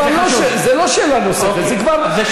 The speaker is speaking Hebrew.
זה כבר לא, זו לא שאלה נוספת, זה כבר נאום.